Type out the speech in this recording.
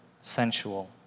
sensual